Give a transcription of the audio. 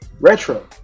Retro